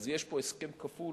אז יש פה הסכם כפול: